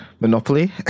Monopoly